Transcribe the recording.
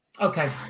okay